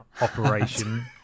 operation